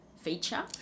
feature